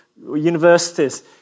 universities